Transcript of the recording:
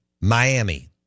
Miami